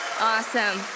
Awesome